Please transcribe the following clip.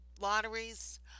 lotteries